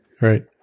right